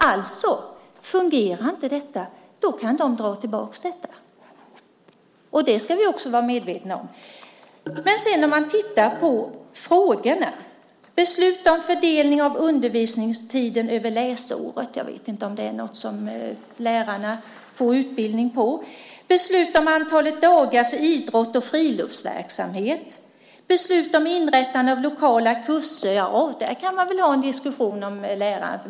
Alltså: Fungerar det inte då kan de dra tillbaka detta, och det ska vi också vara medvetna om. Låt oss titta på vilka frågor det gäller: Besluta fördelning av undervisningstiden över läsåret. Jag vet inte om det är något som lärarna får utbildning för. Besluta om antalet dagar för idrott och friluftsverksamhet. Besluta om inrättande av lokala kurser. Där kan man ha en diskussion med lärarna.